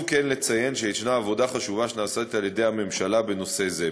לציין שיש עבודה חשובה שנעשית על-ידי הממשלה בנושא זה.